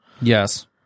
Yes